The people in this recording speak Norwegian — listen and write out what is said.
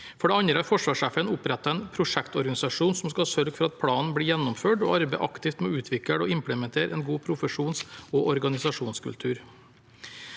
For det andre har forsvarssjefen opprettet en prosjektorganisasjon som skal sørge for at planen blir gjennomført, og arbeide aktivt med å utvikle og implementere en god profesjons- og organisasjonskultur.